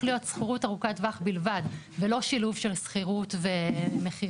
להיות שכירות ארוכת טווח בלבד ולא שילוב של שכירות ומכירה.